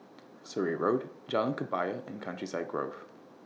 Surrey Road Jalan Kebaya and Countryside Grove